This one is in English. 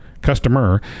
customer